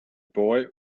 boy